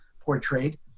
portrayed